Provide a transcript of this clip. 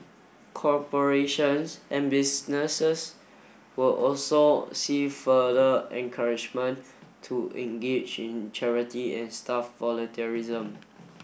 corporations and businesses will also see further encouragement to engage in charity and staff volunteerism